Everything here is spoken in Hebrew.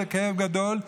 זה כאב גדול,